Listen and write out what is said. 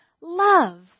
love